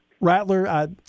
Rattler